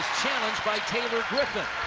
challenged by taylor griffin.